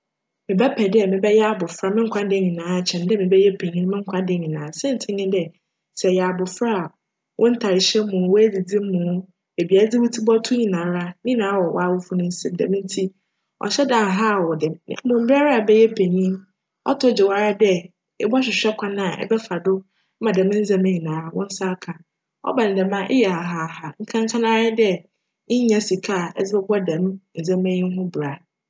Mebjpj dj mebjyj abofra mo nkwa nda nyinara kyjn dj mebjyj panyin mo nkwa nda nyinara. Siantsir nye dj, sj eyj abofra a, wo ntarhyj mu, oedzidzi mu, beebi a edze wo tsir bcto nyinara ne nyinara wc w'awofo nsjm djm ntsi cnnhyj da nnhaw djm mbom ber ara ebjyj panyin, cto gye woara dj ebchwehwj kwan a ebjfa do ma djm ndzjmba yi nyinara wo nsa aka. Cba no djm a, eyj hahaaha nkankaara dj nnya sika edze bcbc djm ndzjmba yi bra.